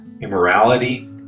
immorality